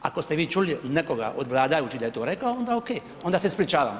Ako ste vi čuli nekoga od vladajućih da je to rekao, onda okej, onda se ispričavam.